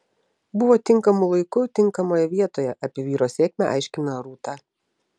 buvo tinkamu laiku tinkamoje vietoje apie vyro sėkmę aiškina rūta